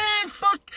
fuck